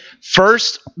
First